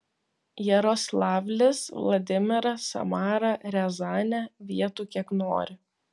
jaroslavlis vladimiras samara riazanė vietų kiek nori